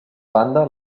banda